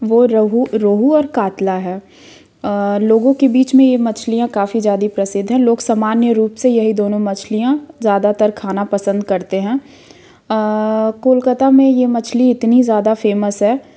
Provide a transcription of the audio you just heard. वह रहू रोहू और कातला है लोगों के बीच में यह मछलियाँ काफ़ी ज़्यादे प्रसिद्ध है लोग समान्य रूप से यही दोनों मछलियाँ ज़्यादातर खाना पसंद करते हैं कलकत्ता में यह मछली इतनी ज़्यादा फ़ेमस है